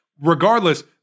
Regardless